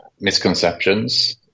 misconceptions